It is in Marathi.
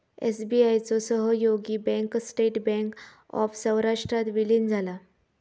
एस.बी.आय चो सहयोगी बँक स्टेट बँक ऑफ सौराष्ट्रात विलीन झाला